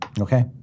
Okay